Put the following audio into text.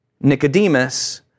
Nicodemus